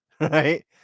right